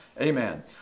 Amen